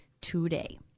today